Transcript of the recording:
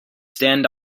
stand